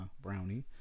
brownie